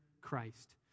Christ